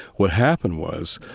what happened was,